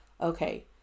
Okay